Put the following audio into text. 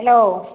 hello